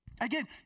Again